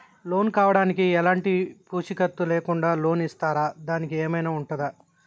Loan కావడానికి ఎలాంటి పూచీకత్తు లేకుండా లోన్ ఇస్తారా దానికి ఏమైనా ఉంటుందా?